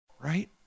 right